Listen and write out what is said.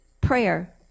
prayer